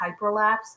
hyperlapse